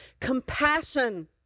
compassion